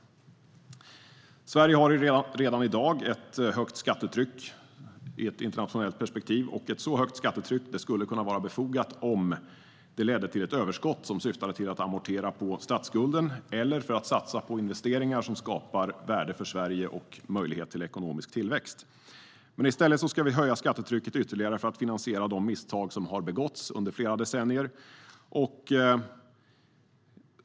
Sverige har redan i dag ett högt skattetryck i ett internationellt perspektiv. Ett så högt skattetryck skulle kunna vara befogat om det ledde till ett överskott som syftade till att amortera på statsskulden eller användes för att satsa på investeringar som skapar värde för Sverige och möjlighet till ekonomisk tillväxt. Men i stället ska vi höja skattetrycket ytterligare för att finansiera de misstag som har begåtts under flera decennier.